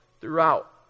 throughout